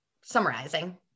summarizing